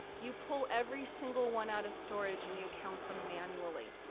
you pull every single one out of storage, and you count them manually,